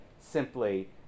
simply